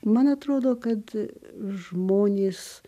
man atrodo kad žmonės